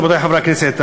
רבותי חברי הכנסת,